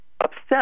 upset